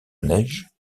neige